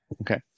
Okay